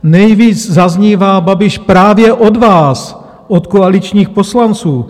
Nejvíc zaznívá Babiš právě od vás, od koaličních poslanců.